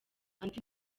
andi